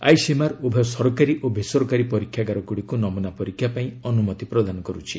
ICMR ଉଭୟ ସରକାରୀ ଓ ବେସରକାରୀ ପରୀକ୍ଷାଗାରଗୁଡ଼ିକୁ ନମୁନା ପରୀକ୍ଷା ପାଇଁ ଅନୁମତି ପ୍ରଦାନ କରୁଛି